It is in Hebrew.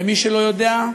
למי שלא יודע,